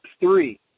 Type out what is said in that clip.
three